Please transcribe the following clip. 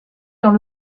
dans